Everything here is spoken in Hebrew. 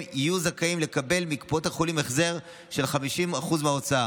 יהיו זכאים לקבל מקופות החולים החזר של 50% מההוצאה.